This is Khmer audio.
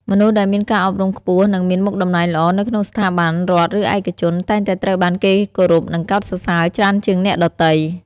មនុស្សដែលមានការអប់រំខ្ពស់និងមានមុខតំណែងល្អនៅក្នុងស្ថាប័នរដ្ឋឬឯកជនតែងតែត្រូវបានគេគោរពនិងកោតសរសើរច្រើនជាងអ្នកដទៃ។